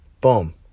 Boom